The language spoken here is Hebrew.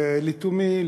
ולתומי,